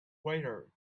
waiter